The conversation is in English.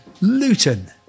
Luton